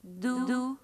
du du